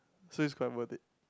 so it's quite worth it